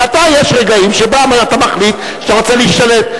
ואתה, יש רגעים שבהם אתה מחליט שאתה רוצה להשתלט.